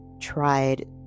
tried